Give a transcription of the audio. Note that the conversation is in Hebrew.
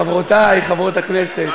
חברותי חברות הכנסת,